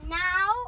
now